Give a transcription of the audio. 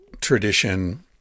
tradition